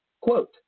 Quote